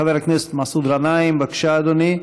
חבר הכנסת מסעוד גנאים, בבקשה, אדוני,